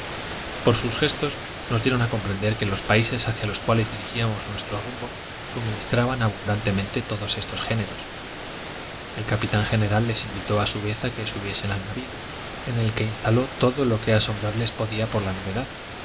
y por sus gestos nos dieron a comprender que los países hacia los cuales dirigíamos nuestro rumbo suministraban abundantemente todos estos géneros el capitán general les invitó a su vez a que subiesen al navio en el que instaló todo lo que asombrarles podía por la novedad